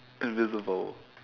invisible